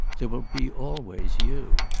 there will be always you.